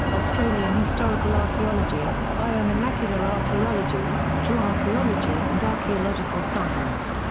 australian historical archaeology, biomolecular archaeology, geoarchaeology and archaeological science.